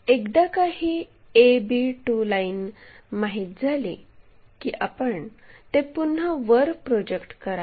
एकदा का ही ab2 लाईन माहित झाली की आपण ते पुन्हा वर प्रोजेक्ट करावे